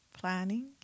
planning